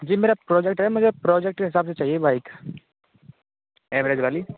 जी मेरा प्रोजेक्ट है मुझे प्रोजेक्ट के हिसाब से चाहिए बाइक एवरेज वाली